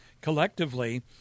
collectively